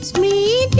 me